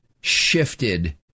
shifted